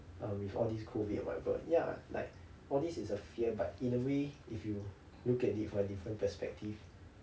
and with all this covid or whatever ya like all this is a fear but in a way if you look at it from a different perspective